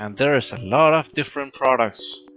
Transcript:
and there are a lot of different products.